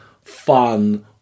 fun